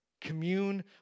Commune